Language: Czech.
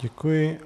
Děkuji.